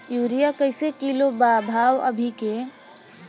Urea कइसे kilo बा भाव अभी के?